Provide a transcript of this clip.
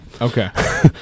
Okay